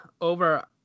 over